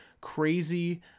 crazy